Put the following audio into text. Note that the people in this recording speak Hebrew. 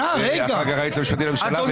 אחר כך היועץ המשפטי לממשלה,